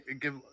give